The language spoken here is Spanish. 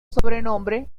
sobrenombre